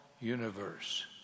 universe